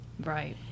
Right